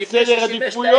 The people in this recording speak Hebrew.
יש סדר עדיפויות.